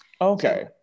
Okay